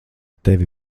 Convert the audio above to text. tevi